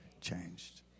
changed